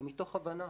מתוך ההבנה